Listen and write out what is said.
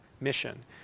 mission